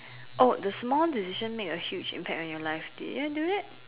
oh the small decision make a huge impact on your life did we do that